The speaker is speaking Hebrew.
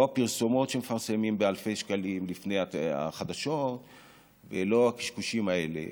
לא הפרסומות שמפרסמים באלפי שקלים לפני החדשות ולא הקשקושים האלה,